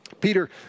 Peter